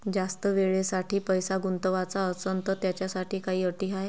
जास्त वेळेसाठी पैसा गुंतवाचा असनं त त्याच्यासाठी काही अटी हाय?